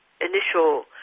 initial